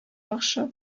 яхшы